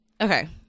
okay